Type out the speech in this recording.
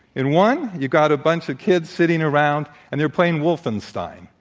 in one, you've got a bunch of kids sitting around and they're playing wolfenstein.